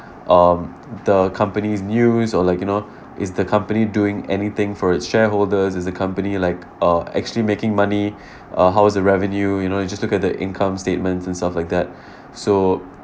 um the company's news or like you know is the company doing anything for its shareholders is the company like uh actually making money uh how's the revenue you know you just look at the income statements and stuff like that so